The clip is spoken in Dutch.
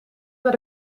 naar